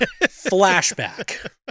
Flashback